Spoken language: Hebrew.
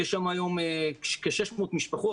יש שם היום כ-600 משפחות,